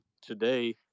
today